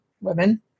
women